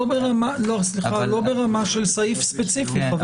לא ברמה של סעיף ספציפי.